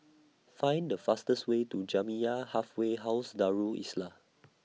Find The fastest Way to Jamiyah Halfway House Darul Islah